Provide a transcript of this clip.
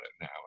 now